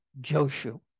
Joshu